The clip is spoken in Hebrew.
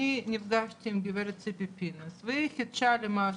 אני נפגשתי עם גב' ציפי פינס והיא חידשה לי משהו,